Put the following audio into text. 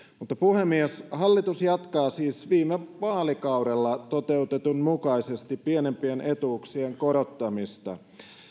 puhemies hallitus jatkaa siis viime vaalikaudella toteutetun mukaisesti pienimpien etuuksien korottamista